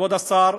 כבוד השר,